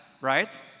right